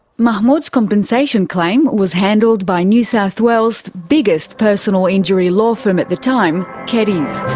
mahmoud's compensation claim was handled by new south wales' biggest personal injury law firm at the time, keddies.